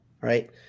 right